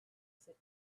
sit